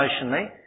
emotionally